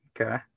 Okay